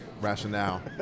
rationale